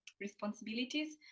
responsibilities